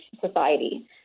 society